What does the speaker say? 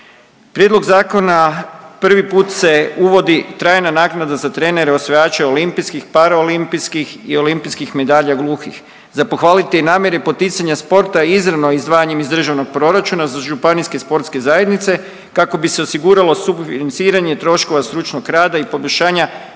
Prijedlog zakona prvi put se uvodi trajna naknada za trenere osvajače olimpijskih, paraolimpijskih i olimpijskih medalja gluhih. Za pohvaliti je i namjera poticanja sporta izravno izdvajanjem iz državnog proračuna za županijske sportske zajednice kako bi se osiguralo sufinanciranje troškova stručnog rada i poboljšanja